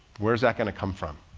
where's that gonna come from?